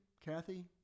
Kathy